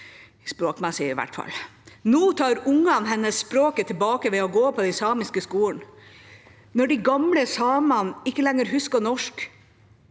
språkmessig, i hvert fall. Nå tar ungene hennes språket tilbake ved å gå på den samiske skolen. Når de gamle samene ikke lenger husker norsk,